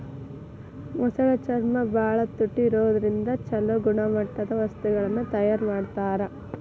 ಮೊಸಳೆ ಚರ್ಮ ಬಾಳ ತುಟ್ಟಿ ಇರೋದ್ರಿಂದ ಚೊಲೋ ಗುಣಮಟ್ಟದ ವಸ್ತುಗಳನ್ನ ತಯಾರ್ ಮಾಡ್ತಾರ